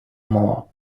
more